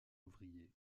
ouvriers